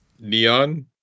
neon